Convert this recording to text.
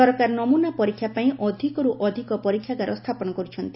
ସରକାର ନମ୍ରନା ପରୀକ୍ଷା ପାଇଁ ଅଧିକର୍ ଅଧିକ ପରୀକ୍ଷାଗାର ସ୍ଥାପନ କର୍ରଛନ୍ତି